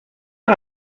her